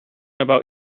about